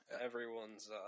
Everyone's